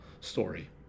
story